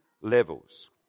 levels